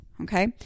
Okay